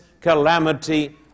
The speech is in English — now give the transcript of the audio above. calamity